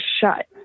shut